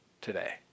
today